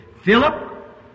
Philip